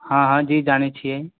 हँ हँ जी जानै छियै